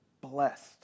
blessed